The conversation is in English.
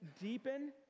deepen